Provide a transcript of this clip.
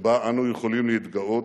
שבה אנו יכולים להתגאות,